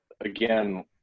again